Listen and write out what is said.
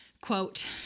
quote